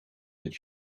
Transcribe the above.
het